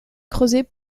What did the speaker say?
creusés